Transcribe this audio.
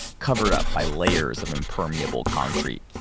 covered up by layers of impermeable concrete.